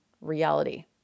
reality